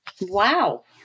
Wow